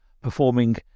performing